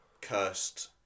cursed